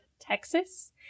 Texas